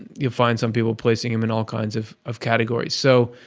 you'll find some people placing him in all kinds of of categories, so,